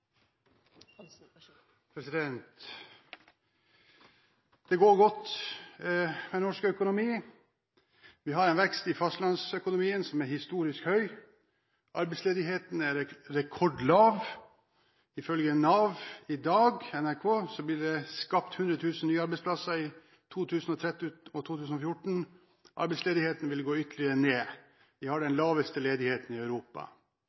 stor. Det går godt med norsk økonomi. Vi har en vekst i fastlandsøkonomien som er historisk høy. Arbeidsledigheten er rekordlav. NRK opplyser at det ifølge Nav i dag blir skapt 100 000 nye arbeidsplasser i 2013 og 2014. Arbeidsledigheten vil gå ytterligere ned. Vi har den laveste ledigheten i Europa.